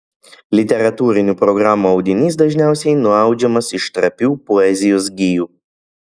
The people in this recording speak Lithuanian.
literatūrinių programų audinys dažniausiai nuaudžiamas iš trapių poezijos gijų